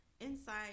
inside